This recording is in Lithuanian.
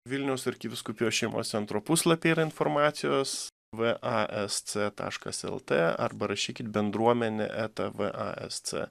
vilniaus arkivyskupijos šeimos centro puslapy yra informacijos vasc taškas lt arba rašykit bendruomenė eta vasc